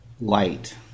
light